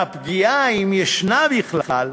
הפגיעה, אם ישנה בכלל,